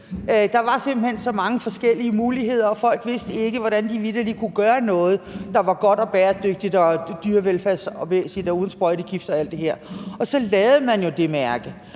Der var simpelt hen så mange forskellige muligheder, og folk vidste vitterlig ikke, hvordan de kunne gøre noget, der var godt og bæredygtigt og tog hensyn til dyrevelfærden og var uden sprøjtegift og alt det der. Så lavede man det mærke,